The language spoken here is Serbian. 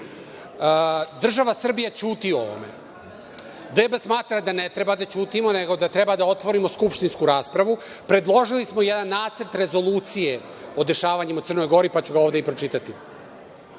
Država Srbija ćuti o ovome. Smatram da ne treba da ćutimo, nego da otvorimo skupštinsku raspravu. Predložili smo jedan nacrt rezolucije o dešavanjima u Crnoj Gori, pa ću ga ovde i pročitati. Imajući